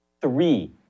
three